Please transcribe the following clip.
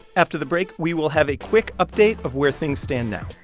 after the break, we will have a quick update of where things stand now